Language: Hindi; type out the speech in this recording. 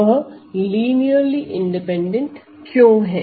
वह लिनियरली इंडिपैंडेंट क्यों है